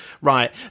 Right